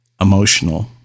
emotional